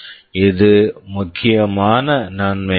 இது முக்கியமான நன்மையாகும்